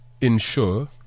ensure